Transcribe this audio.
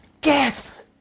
guess